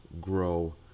grow